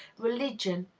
religion,